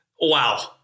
Wow